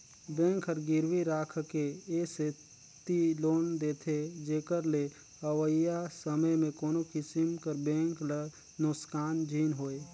bank हर गिरवी राखके ए सेती लोन देथे जेकर ले अवइया समे में कोनो किसिम कर बेंक ल नोसकान झिन होए